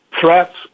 threats